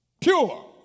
Pure